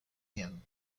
him